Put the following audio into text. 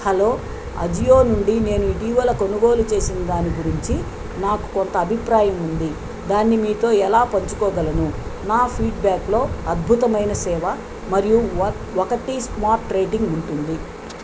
hello Ajio నుండి నేను ఇటీవల కొనుగోలు చేసిన దాని గురించి నాకు కొంత అభిప్రాయం ఉంది దాన్ని మీతో ఎలా పంచుకోగలను నా ఫీడ్బ్యాక్లో అద్భుతమైన సేవ మరియు ఒకటి స్మార్ట్ రేటింగ్ ఉంటుంది